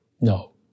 No